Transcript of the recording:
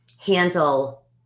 handle